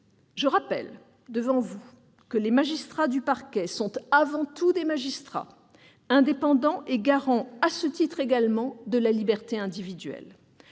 Je rappelle que les magistrats du parquet sont avant tout des magistrats, indépendants et garants à ce titre également de la liberté individuelle.